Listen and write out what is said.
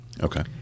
Okay